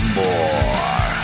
more